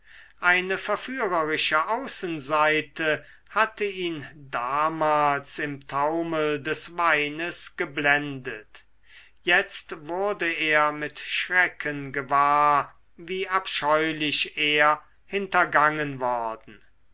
eine verführerische außenseite hatte ihn damals im taumel des weines geblendet jetzt wurde er mit schrecken gewahr wie abscheulich er hintergangen worden